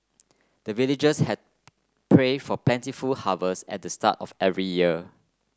the villagers had pray for plentiful harvest at the start of every year